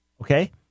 Okay